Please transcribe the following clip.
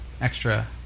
extra